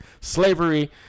slavery